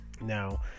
Now